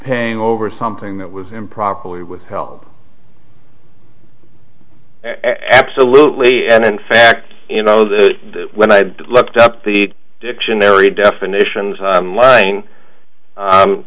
paying over something that was improperly withheld absolutely and in fact you know that when i looked up the dictionary definitions